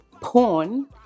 porn